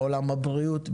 בעולם הבריאות,